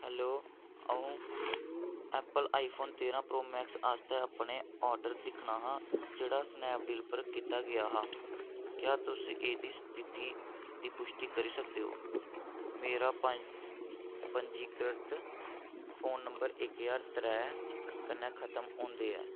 hello अ'ऊं Apple iPhone तेरां Pro Max आस्तै अपने ऑर्डर दिक्खना हा जेह्ड़ा स्नैप डील पर कीता गेआ हा क्या तुस एह्दी स्थिति दी पुश्टि करी सकदे ओ मेरा पंजीकृत फोन नंबर इक ज्हार त्रै कन्नै खत्म होंदा ऐ